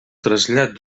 trasllat